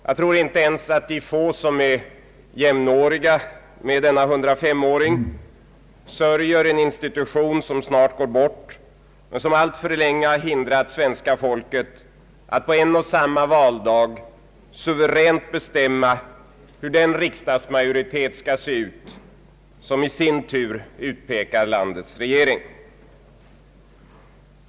Jag tror inte ens att de få som är jämnåriga med denna 105-åring sörjer en institution som snart går bort och som alltför länge hindrat svenska folket att på en och samma valdag suveränt bestämma hur den riksdagsmajoritet skall se ut som i sin tur utpekar landets regering.